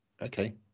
Okay